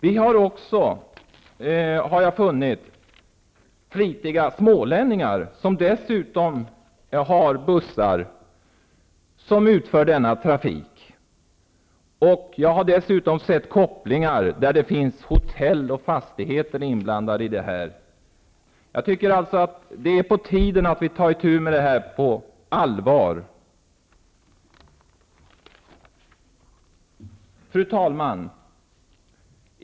Jag har också upptäckt att det finns flitiga smålänningar som har bussar som utför denna trafik. Jag har sett kopplingar till hotell och fastigheter. Det är på tiden att vi tar itu med detta på allvar. Fru talman!